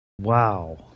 Wow